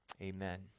amen